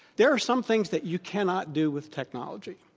there are some things that you cannot do with technology.